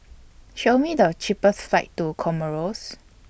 Show Me The cheapest flights to Comoros